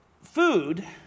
food